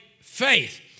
faith